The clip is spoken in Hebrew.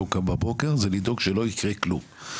הוא קם בבוקר זה לדאוג שלא יקרה כלום".